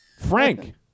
Frank